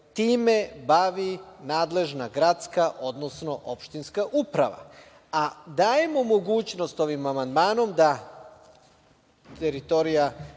time bavi nadležna gradska, odnosno opštinska uprava. Dajemo mogućnost ovim amandmanom da jedinica